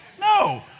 No